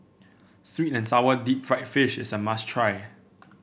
sweet and sour Deep Fried Fish is a must try